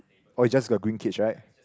oh it's just a green cage right